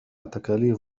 تكاليف